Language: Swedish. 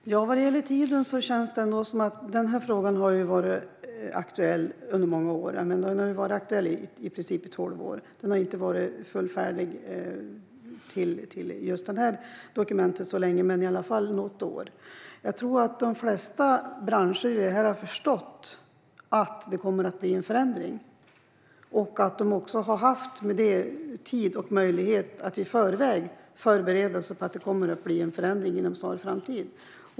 Fru talman! Vad gäller tiden känns det som att den här frågan har varit aktuell under många år. Den har i princip varit aktuell i tolv år. Den har inte varit färdig i just det här dokumentet så länge, men det är i alla fall i något år. Jag tror att de flesta branscher har förstått att det kommer att bli en förändring och att de därmed har haft tid och möjlighet att förbereda sig på en förändring i en snar framtid.